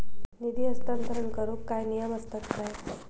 निधी हस्तांतरण करूक काय नियम असतत काय?